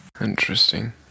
Interesting